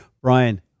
Brian